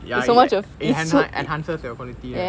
ya it it enha~ enhances your quality right